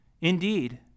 Indeed